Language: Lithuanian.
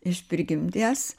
iš prigimties